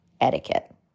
etiquette